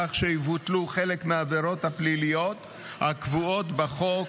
כך שיבוטלו חלק מהעבירות הפליליות הקבועות בחוק,